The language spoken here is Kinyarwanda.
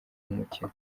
umukino